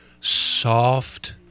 soft